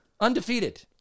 Undefeated